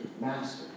master